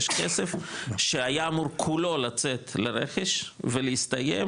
יש כסף שהיה אמור כולו לצאת לרכש ולהסתיים,